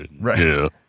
Right